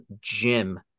Jim